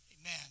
Amen